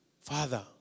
Father